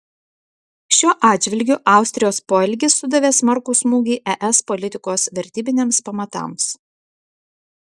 šiuo atžvilgiu austrijos poelgis sudavė smarkų smūgį es politikos vertybiniams pamatams